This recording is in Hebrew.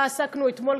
שבה עסקנו אתמול,